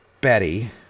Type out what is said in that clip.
Betty